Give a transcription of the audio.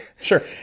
Sure